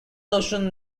notion